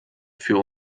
für